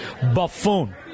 buffoon